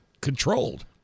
controlled